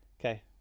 Okay